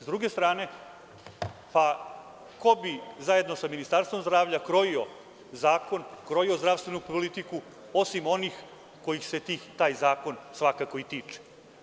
S druge strane, ko bi zajedno sa Ministarstvom zdravlja krojio zakon, krojio zdravstvenu politiku, osim onih kojih se taj zakon svakako i tiče?